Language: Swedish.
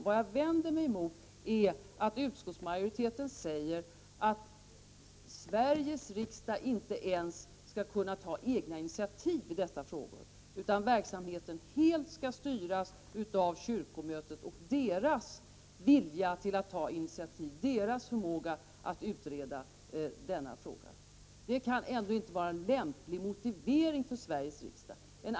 Vad jag vänder mig emot är att utskottsmajoriteten säger att Sveriges riksdag inte ens skall kunna ta egna initiativ i dessa frågor, utan verksamheten skall helt styras av kyrkomötet och dess vilja att ta initiativ och förmåga att utreda denna fråga. Det kan väl ändå inte vara en lämplig motivering för Sveriges riksdag.